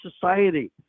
society